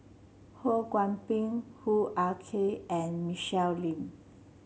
Ho Kwon Ping Hoo Ah Kay and Michelle Lim